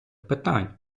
питань